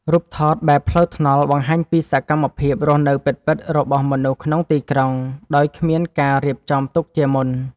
រូបថតបែបផ្លូវថ្នល់ បង្ហាញពីសកម្មភាពរស់នៅពិតៗរបស់មនុស្សក្នុងទីក្រុងដោយគ្មានការរៀបចំទុកជាមុន។